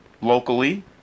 locally